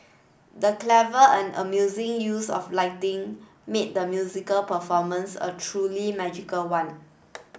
the clever and amusing use of lighting made the musical performance a truly magical one